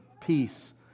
peace